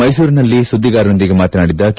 ಮೈಸೂರಿನಲ್ಲಿ ಸುದ್ದಿಗಾರರೊಂದಿಗೆ ಮಾತನಾಡಿದ ಕೆ